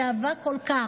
שאהבה כל כך.